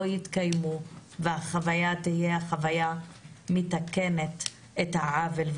יתקיימו ושהחוויה תהיה חוויה שמתקנת עוול,